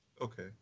Okay